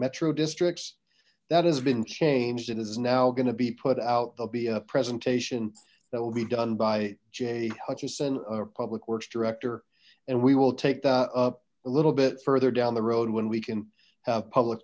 metro districts that has been changed it is now going to be put out there'll be a presentation that will be done by jay hutchison our public works director and we will take that a little bit further down the road when we can have public